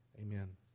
Amen